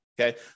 Okay